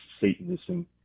Satanism